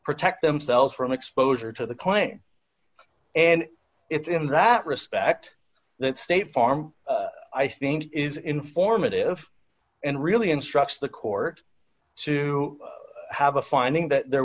protect themselves from exposure to the claim and it in that respect that state farm i think is informative and really instructs the court to have a finding that there